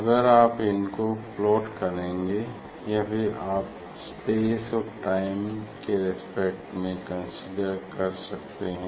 अगर आप इनको प्लॉट करेंगे या फिर आप स्पेस और टाइम के रेस्पेक्ट में कंसीडर कर सकते हैं